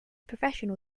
professional